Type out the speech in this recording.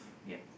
yup